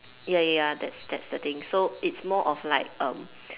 ya ya ya that's that's the thing so it's more of like um